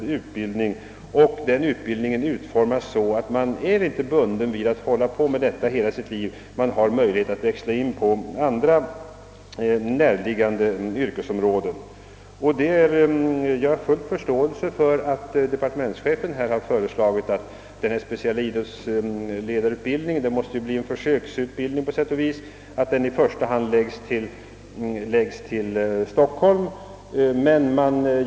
Deras utbildning kommer också att utformas så, att de inte är bundna till idrottsledaruppgifter under hela livet utan har möjlighet att växla in på andra närliggande yrkesområden. Jag har full förståelse för att departementschefen här föreslagit att den speciella idrottsledarutbildningen måste bli en försöksutbildning och i första hand förlägges till Stockholm.